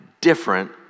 different